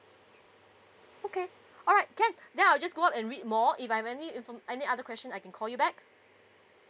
okay all right can then I'll just go on and read more if I've any infor~ any other question I can call you back